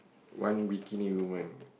one bikini woman